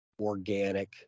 organic